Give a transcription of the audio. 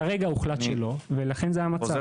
כרגע הוחלט שלא, ולכן זה המצב.